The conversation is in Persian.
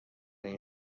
این